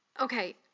Okay